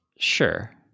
Sure